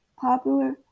popular